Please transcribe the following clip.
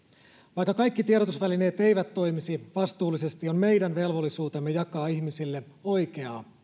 vaikka kaikki tiedotusvälineet eivät toimisi vastuullisesti on meidän velvollisuutemme jakaa ihmisille oikeaa